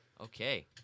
Okay